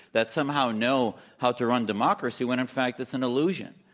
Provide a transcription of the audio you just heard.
that somehow know how to run democracy, when, in fact, it's an illusion.